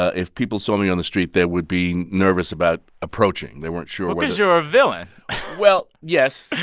if people saw me on the street, they were being nervous about approaching. they weren't sure. because you're a villain well, yes.